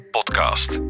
Podcast